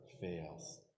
fails